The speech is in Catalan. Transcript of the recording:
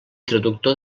traductor